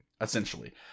essentially